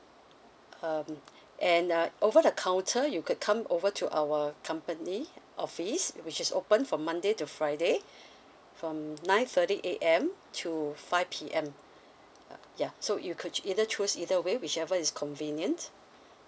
um and uh over the counter you could come over to our company office which is open for monday to friday from nine thirty A_M to five P_M uh yeah so you could cho~ either choose either way whichever is convenient